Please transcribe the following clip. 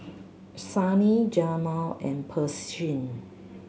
Sunny Jamal and Pershing